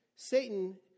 Satan